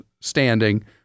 standing